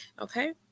Okay